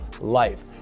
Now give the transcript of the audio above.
life